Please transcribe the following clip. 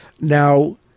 now